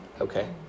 okay